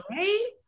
right